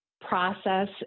process